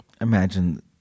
Imagine